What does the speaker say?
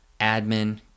admin